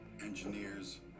engineers